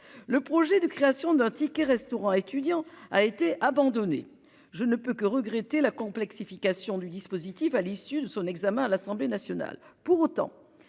Le projet de création d'un ticket-restaurant étudiant a été abandonné. Je ne peux que regretter la complexification du dispositif à l'issue de son examen à l'Assemblée nationale pour autant